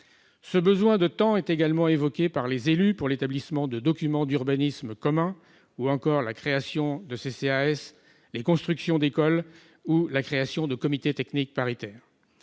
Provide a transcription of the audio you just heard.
Ce besoin de temps est également évoqué par les élus pour l'établissement de documents d'urbanisme communs ou encore pour la création d'un centre communal d'action sociale, la construction d'écoles ou la création de comités techniques paritaires.